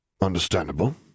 Understandable